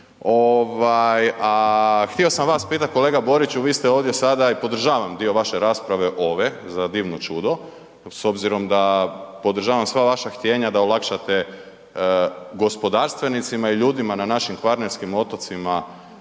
htio sam vas pitat kolega Boriću, vi ste ovdje sada i podržavam dio vaše rasprave ove za divno čudo, s obzirom da podržavam sva vaša htjenja da olakšate gospodarstvenicima i ljudima na našim kvarnerskim otocima